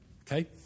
okay